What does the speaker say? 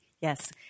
Yes